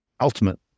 Ultimate